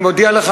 אני מודיע לך,